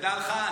תדע לך,